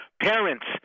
Parents